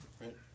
right